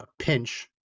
pinch